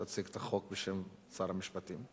תציג את החוק בשם שר המשפטים.